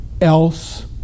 else